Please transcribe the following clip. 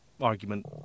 argument